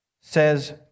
says